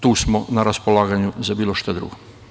Tu smo na raspolaganju za bilo šta drugo.